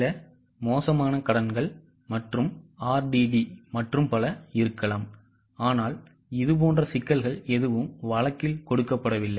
சில மோசமான கடன்கள் மற்றும் RDD மற்றும் பல இருக்கலாம் ஆனால் இதுபோன்ற சிக்கல்கள் எதுவும் வழக்கில் கொடுக்கப்படவில்லை